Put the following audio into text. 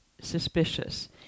suspicious